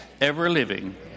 ever-living